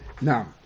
Now